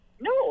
No